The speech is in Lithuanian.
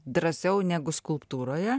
drąsiau negu skulptūroje